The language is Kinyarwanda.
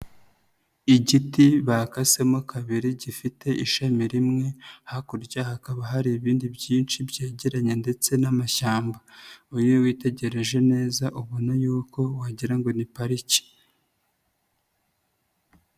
Igiti bakasemo kabiri gifite ishami rimwe hakurya hakaba hari ibindi byinshi byegeranye ndetse n'amashyamba, uyu witegereje neza ubona yuko wagira ngo ni pariki.